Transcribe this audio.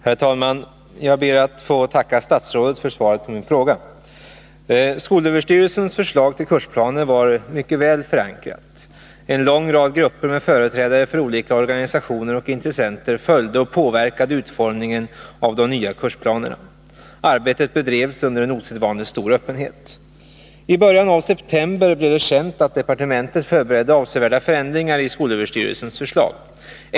Herr talman! Jag ber att få tacka statsrådet för svaret på min fråga. Skolöverstyrelsens förslag till kursplaner var mycket väl förankrat. En lång rad grupper med företrädare för olika organisationer och intressenter följde och påverkade utformningen av de nya kursplanerna. Arbetet bedrevs under en osedvanligt stor öppenhet. I början av september blev det känt att departementet förberedde avsevärda förändringar i skolöverstyrelsens förslag.